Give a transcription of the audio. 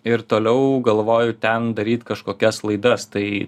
ir toliau galvoju ten daryt kažkokias laidas tai